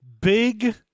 Big